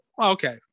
okay